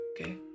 okay